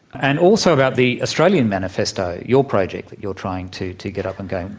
and also about the australian manifesto, your project that you're trying to to get up and going.